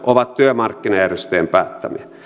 ovat työmarkkinajärjestöjen päättämiä